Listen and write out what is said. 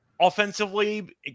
offensively